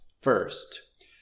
first